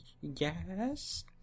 Yes